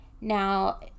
Now